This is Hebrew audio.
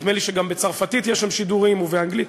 נדמה לי שגם בצרפתית יש שם שידורים ובאנגלית,